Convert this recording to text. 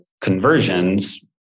conversions